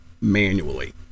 manually